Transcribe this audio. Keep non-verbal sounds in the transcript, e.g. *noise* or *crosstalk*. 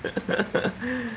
*laughs*